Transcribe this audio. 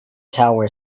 tower